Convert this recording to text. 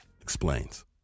explains